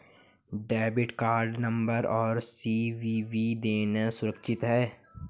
Debit card number और CVV देना सुरक्षित है?